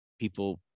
people